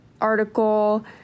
article